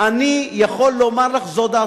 אני יכול לומר לך, זו דעתי.